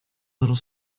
little